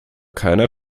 keiner